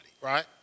right